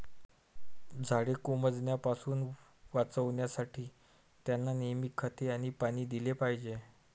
झाडे कोमेजण्यापासून वाचवण्यासाठी, त्यांना नेहमी खते आणि पाणी दिले पाहिजे